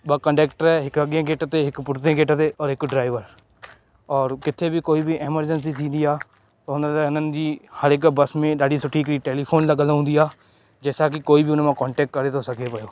ॿ कंडक्टर हिक अॻिए गेट ते हिक पुठिते गेट ते और हिक ड्राइवर और किथे बि कोई बि एमरजेंसी थींदी आहे त हुनमें हिननि जी हर हिक बस में ॾाढी सुठी हिकिड़ी टेलीफ़ोन लॻियल हूंदी आहे जंहिंसां की कोई बि हुनमां कॉन्टेक्ट करे थो सघे पियो